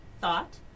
thought